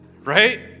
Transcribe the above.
Right